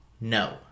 No